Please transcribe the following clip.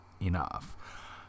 enough